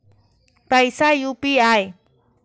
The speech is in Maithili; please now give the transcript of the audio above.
पैसा यू.पी.आई?